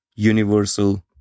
Universal